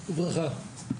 וברכה.